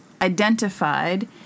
identified